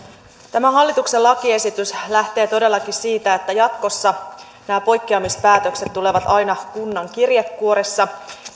tämä hallituksen lakiesitys lähtee todellakin siitä että jatkossa nämä poikkeamispäätökset tulevat aina kunnan kirjekuoressa